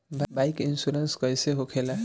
Bike insurance कैसे होखे ला?